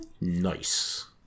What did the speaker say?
Nice